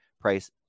price